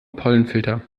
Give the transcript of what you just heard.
pollenfilter